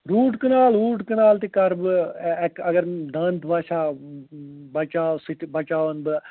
root کَنال ووٗٹ کَنال تہِ کَرٕ بہٕ اَگر دَنٛد باسٮ۪و بچاو سُہ تہِ بچاوَن بہٕ